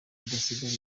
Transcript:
badasigara